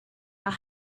are